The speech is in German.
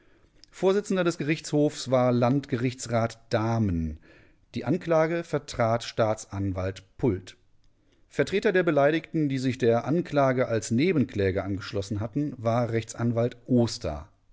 vorsitzender des gerichtshofs war landgerichtsrat dahmen die anklage vertrat staatsanwalt pult vertreter der beleidigten die sich der anklage als nebenkläger angeschlossen hatten war rechtsanwalt oster